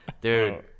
Dude